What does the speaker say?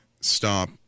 stop